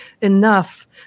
enough